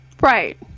Right